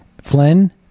Flynn